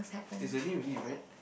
is her name really Rad